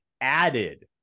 added